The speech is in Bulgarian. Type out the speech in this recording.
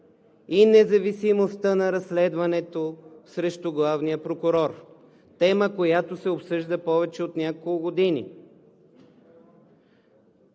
и независимостта на разследването срещу главния прокурор – тема, която се обсъжда повече от няколко години!